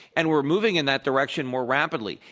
and we're moving in that direction more rapidly.